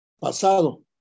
pasado